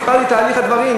סיפרתי את תהליך הדברים,